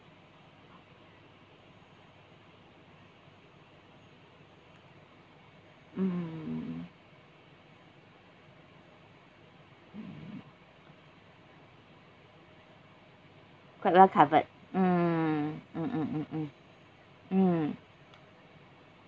mm mm quite well-covered mm mm mm mm mm mm